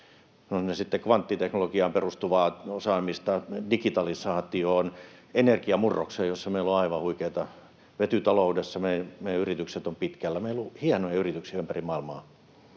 ne sitten kvanttiteknologiaan perustuvaa osaamista, digitalisaatioon tai energiamurrokseen, jossa meillä on aivan huikeata osaamista. Vetytaloudessa meidän yritykset ovat pitkällä. Meillä on hienoja yrityksiä ympäri maailmaa,